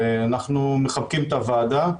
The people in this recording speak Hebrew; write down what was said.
ואנחנו מחבקים את הוועדה.